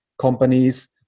companies